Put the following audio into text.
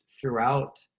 throughout